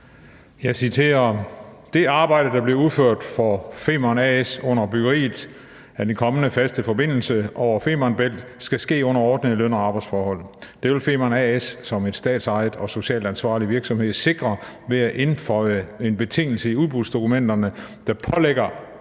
Jeg citerer: »Det arbejde, der bliver udført for Femern A/S under byggeriet af den kommende faste forbindelse over Femern Bælt, skal ske under ordnede løn-og arbejdsforhold. Det vil Femern A/ S som en statsejet og socialt ansvarlig virksomhed sikre ved at indføje en betingelse i udbudsdokumenterne, der pålægger både